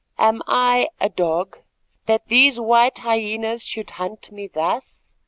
am i a dog that these white hyenas should hunt me thus?